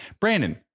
Brandon